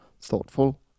thoughtful